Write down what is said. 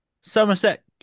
Somerset